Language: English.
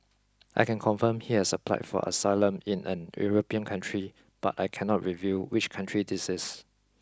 I can confirm he has applied for asylum in an European country but I cannot reveal which country this is